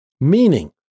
Meaning